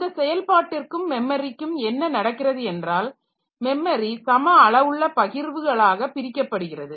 இந்த செயல்பாட்டிற்கும் மெமரிக்கும் என்ன நடக்கிறது என்றால் மெமரி சம அளவுள்ள பகிர்வுகளாக பிரிக்கப்படுகிறது